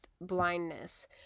blindness